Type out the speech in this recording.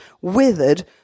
withered